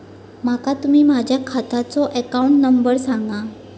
माका तुम्ही माझ्या खात्याचो अकाउंट नंबर सांगा?